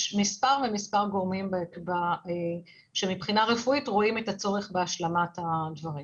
יש מספר גורמים שמבחינה רפואית רואים את הצורך בהשלמת הדברים.